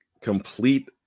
complete